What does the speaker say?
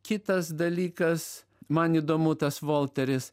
kitas dalykas man įdomu tas volteris